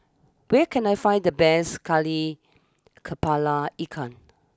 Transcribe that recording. where can I find the best Kari Kepala Ikan